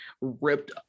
ripped